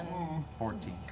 fourteen.